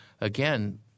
again